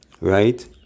Right